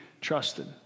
trusted